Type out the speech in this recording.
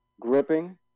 gripping